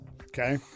Okay